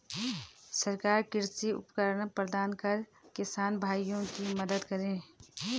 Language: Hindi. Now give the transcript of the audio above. सरकार कृषि उपकरण प्रदान कर किसान भाइयों की मदद करें